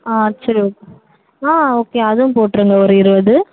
ஆ சரி ஓகே ஆ ஓகே அதுவும் போட்டுருங்க ஒரு இருபது